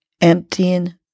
emptying